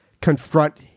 confront